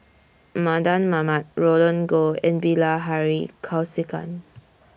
Mardan Mamat Roland Goh and Bilahari Kausikan